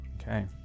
Okay